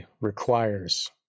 requires